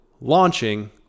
launching